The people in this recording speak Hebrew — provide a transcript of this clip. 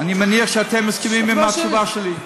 אני מניח שאתם מסכימים עם התשובה שלי,